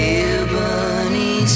ebony